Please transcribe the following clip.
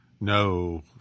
No